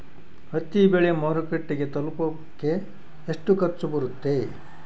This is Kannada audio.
ಹತ್ತಿ ಬೆಳೆ ಮಾರುಕಟ್ಟೆಗೆ ತಲುಪಕೆ ಎಷ್ಟು ಖರ್ಚು ಬರುತ್ತೆ?